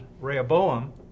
Rehoboam